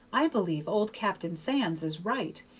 i believe old captain sands is right,